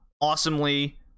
awesomely